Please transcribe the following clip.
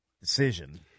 decision